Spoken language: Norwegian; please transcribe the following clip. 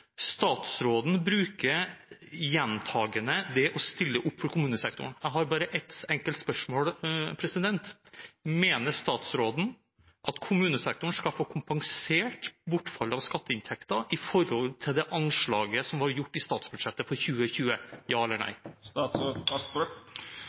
Statsråden bruker gjentakende det å stille opp for kommunesektoren. Jeg har bare et enkelt spørsmål: Mener statsråden at kommunesektoren skal få kompensert bortfallet av skatteinntekter i forhold til det anslaget som ble gjort i statsbudsjettet for 2020? Ja eller nei.